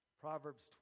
Proverbs